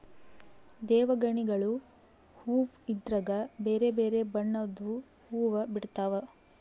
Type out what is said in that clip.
ದೇವಗಣಿಗಲು ಹೂವ್ವ ಇದ್ರಗ ಬೆರೆ ಬೆರೆ ಬಣ್ಣದ್ವು ಹುವ್ವ ಬಿಡ್ತವಾ